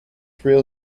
national